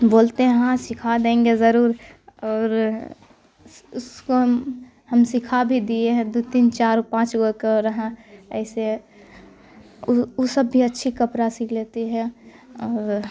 بولتے ہیں ہاں سکھا دیں گے ضرور اور اس کو ہم ہم سکھا بھی دیے ہیں دو تین چار پانچ گو کر ہیں ایسے او سب بھی اچھی کپڑا سل لیتی ہے اور